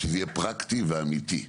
שזה יהיה פרקטי ואמיתי.